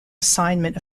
assignment